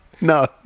No